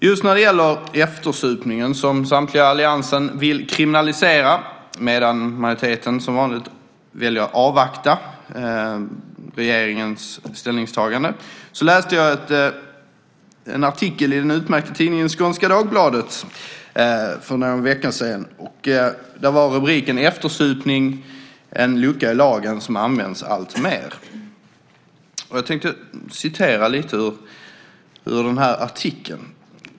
Just när det gäller eftersupning som samtliga i alliansen vill kriminalisera medan majoriteten som vanligt väljer att avvakta regeringens ställningstagande läste jag en artikel i den utmärkta tidningen Skånska Dagbladet för någon vecka sedan. Rubriken var "Eftersupning, en lucka i lagen som används alltmer". Jag tänkte citera lite ur artikeln.